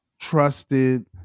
trusted